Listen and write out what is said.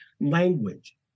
Language